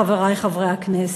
חברי חברי הכנסת.